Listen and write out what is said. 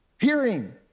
hearing